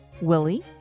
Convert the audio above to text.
Willie